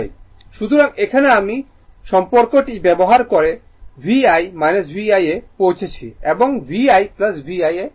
সুতরাং এখানে আমি সম্পর্ক টি ব্যবহার করেV ' I VI এ পৌঁছেছি এবং P VI V ' I পেয়েছি